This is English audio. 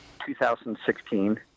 2016